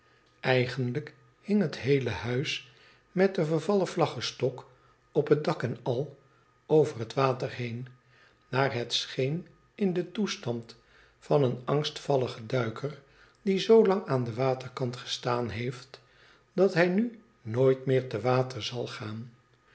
eigenlijk hing het geheele huis met de vervallen vlaggestok op het dak en al over het water heen naar het scheen in den toestand van een angstvalligen duiker die z lang aan den waterkant gestaan heeft dat hij nu nooit meer te water zal gaan